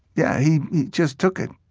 yeah he just took it.